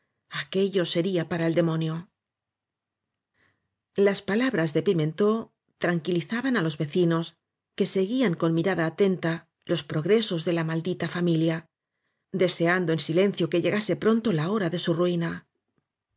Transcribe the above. aquello sería para el demonio las palabras de pimentó tranquilizaban á los vecinos que seguían con mirada atenta los progresos de la maldita familia deseando en silencio que llegase pronto la hora de su ruina